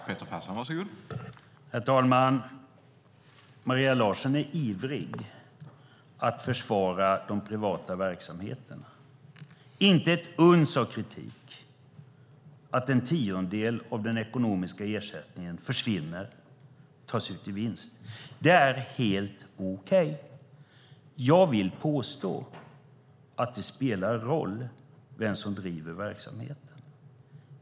Herr talman! Maria Larsson är ivrig att försvara de privata verksamheterna. Det finns inte ett uns av kritik mot att en tiondel av den ekonomiska ersättningen försvinner, tas ut i vinst - det är helt okej. Jag vill påstå att det spelar roll vem som driver verksamheten.